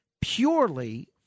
Purely